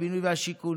בבינוי והשיכון,